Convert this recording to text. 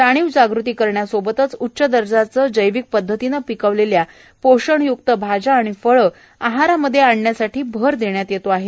जाणीवजाग़ती कारण्यासोबत उच्च दर्जाचे जैविक पदधतीने पिकवलेल्या पोषणय्क्त भाज्या व फळे आहारामध्ये आणण्यासाठी भर देण्यात येत आहे